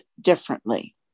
differently